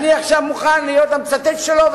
אני עכשיו מוכן להיות המצטט שלו,